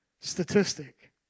statistic